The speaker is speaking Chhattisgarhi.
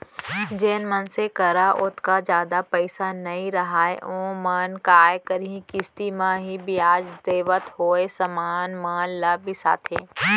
जेन मनसे करा ओतका जादा पइसा नइ रहय ओमन काय करहीं किस्ती म ही बियाज देवत होय समान मन ल बिसाथें